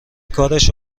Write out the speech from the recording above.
کارش